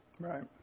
Right